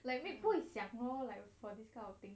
like a bit 不会想 lor like for this kind of thing